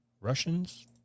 Russians